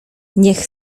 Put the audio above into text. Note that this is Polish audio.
niech